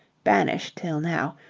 banished till now,